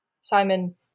Simon